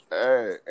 Hey